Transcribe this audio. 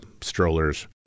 strollers